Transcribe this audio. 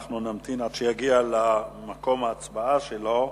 אנחנו נמתין עד שיגיע למקום ההצבעה שלו.